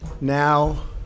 Now